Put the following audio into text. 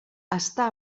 està